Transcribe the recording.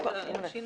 בעונשין,